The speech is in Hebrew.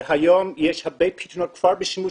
היום יש הרבה פתרונות שהם כבר בשימוש